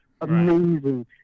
amazing